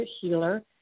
healer